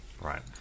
right